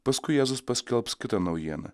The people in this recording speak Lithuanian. paskui jėzus paskelbs kitą naujieną